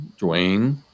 Dwayne